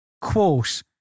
quote